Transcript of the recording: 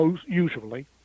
usually